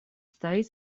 стоит